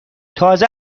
تازه